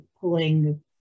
pulling